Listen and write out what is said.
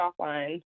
offline